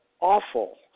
awful